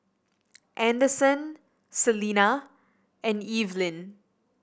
Anderson Celena and Evelin